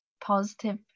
positive